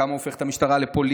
כמה הוא הופך את המשטרה לפוליטית,